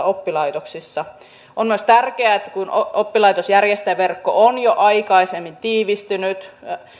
oppilaitoksissa on myös tärkeää että kun oppilaitos ja järjestäjäverkko on jo aikaisemmin tiivistynyt